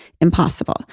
impossible